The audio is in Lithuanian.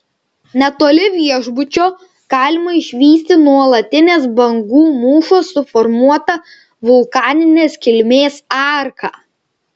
netoli viešbučio galima išvysti nuolatinės bangų mūšos suformuotą vulkaninės kilmės arką